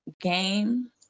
game